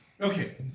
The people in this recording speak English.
Okay